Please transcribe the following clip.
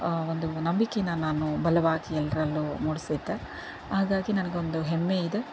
ಒಂದು ನಂಬಿಕೇನ ನಾನು ಬಲವಾಗಿ ಎಲ್ಲರಲ್ಲೂ ಮೂಡಿಸಿದ್ದೆ ಹಾಗಾಗಿ ನನಗೊಂದು ಹೆಮ್ಮೆಯಿದೆ